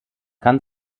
kann